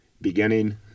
Beginning